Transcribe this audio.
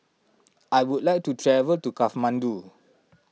I would like to travel to Kathmandu